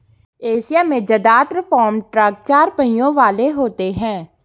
Asia में जदात्र farm truck चार पहियों वाले होते हैं